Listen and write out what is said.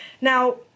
Now